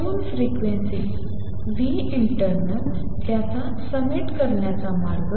2 frequencies internal त्याचा समेट करण्याचा मार्ग